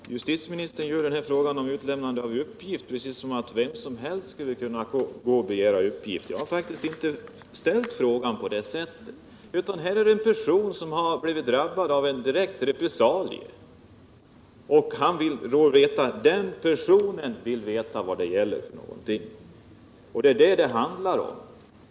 Herr talman! Justitieministern vill få den här frågan om utlämnande av uppgift att gälla om vem som helst skall kunna begära uppgifter. Jag har faktiskt inte ställt min fråga på det sättet. Här är det en person som blivit drabbad av en direkt repressalie, och den personen vill veta vad det gäller. Det är detta det handlar om.